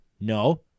No